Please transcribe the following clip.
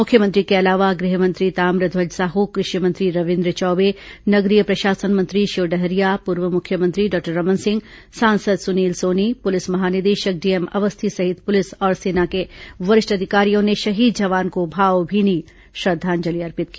मुख्यमंत्री के अलावा गृह मंत्री ताम्रध्यज साह कृषि मंत्री रविन्द्र चौबे नगरीय प्रशासन मंत्री शिव डहरिया पूर्व मुख्यमंत्री डॉक्टर रमन सिंह सांसद सुनील सोनी पुलिस महानिदेशक डीएम अवस्थी सहित पुलिस और सेना के वरिष्ठ अधिकारियों ने शहीद जवान को भावभीनी श्रद्धांजलि अर्पित की